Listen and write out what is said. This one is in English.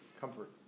Comfort